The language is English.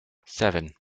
seven